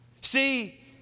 See